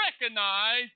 recognize